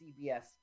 CBS